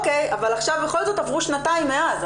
או.קיי, אבל עכשיו בכל זאת עברו שנתיים מאז.